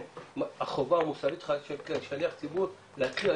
החובה המוסרית שלך כשליח ציבור להתחיל,